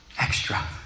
extra